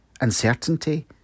Uncertainty